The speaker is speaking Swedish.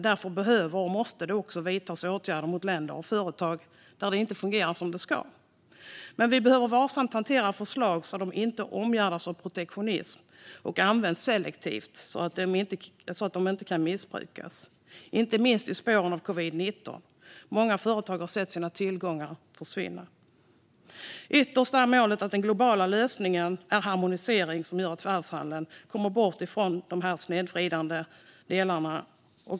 Därför måste det vidtas åtgärder mot länder och företag där det inte fungerar som det ska. Men vi behöver hantera förslag varsamt, så att de inte omgärdas av protektionism och används selektivt och så att de inte kan missbrukas. Detta gäller inte minst i spåren av covid-19. Många företag har sett sina tillgångar försvinna. Ytterst är målet att den globala lösningen är harmonisering som gör att världshandeln kommer bort från dessa snedvridande delar.